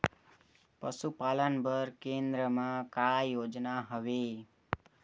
पशुपालन बर केन्द्र म का योजना हवे?